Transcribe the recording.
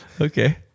Okay